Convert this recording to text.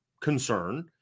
concern